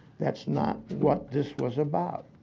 that's not what this was about.